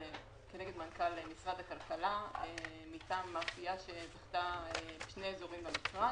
כנגד מנכ"ל משרד הכלכלה מטעם המאפייה שזכתה בשני אזורים במכרז.